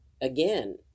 again